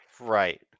right